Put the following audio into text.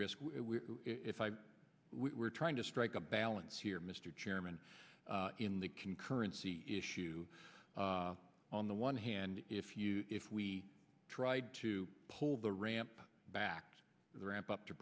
risk if i were trying to strike a balance here mr chairman in the concurrency issue on the one hand if you if we tried to pull the ramp back to the ramp up to